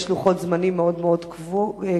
יש לוחות זמנים מאוד מאוד קבועים,